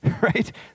right